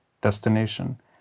destination